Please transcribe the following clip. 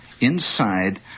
inside